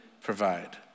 provide